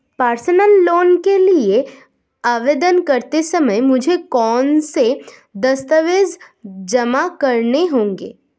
Personal loan के लिए आवेदन करते समय मुझे कौन से दस्तावेज़ जमा करने होंगे?